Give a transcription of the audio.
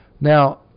Now